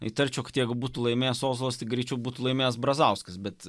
įtarčiau kad jeigu būtų laimėjęs ozolas tai greičiau būti laimėjęs brazauskas bet